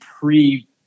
pre